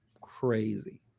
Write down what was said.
crazy